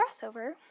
Crossover